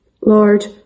Lord